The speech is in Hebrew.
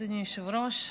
אדוני היושב-ראש,